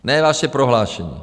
Ne vaše prohlášení.